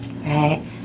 right